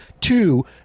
Two